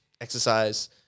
exercise